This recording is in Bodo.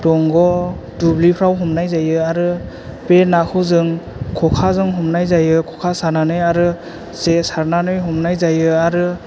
दंग' दुब्लिफ्राव हमनाय जायो आरो बे नाखौ जों खखाजों हमनाय जायो खखा सानानै आरो जे सारनानै हमनाय जायो आरो